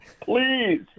Please